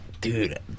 Dude